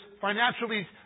financially